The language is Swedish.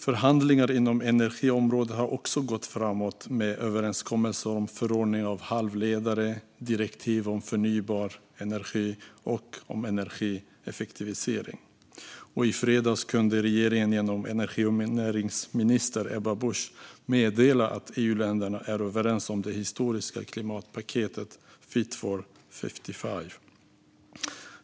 Förhandlingar inom energiområdet har också gått framåt med överenskommelser om förordningen om halvledare, direktivet om förnybar energi och direktivet om energieffektivisering. I fredags kunde regeringen genom energi och näringsminister Ebba Busch meddela att EU-länderna är överens om det historiska klimatpaketet Fit for 55.